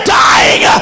dying